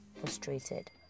frustrated